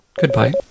Goodbye